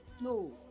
no